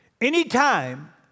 Anytime